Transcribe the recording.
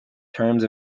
terms